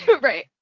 right